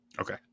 Okay